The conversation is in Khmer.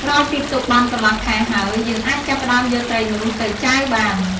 ក្រោយពីទុកបានកន្លះខែហើយ យើងអាចចាប់ផ្ដើមយកត្រីនោះទៅចាវបាន។